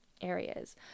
areas